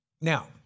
Now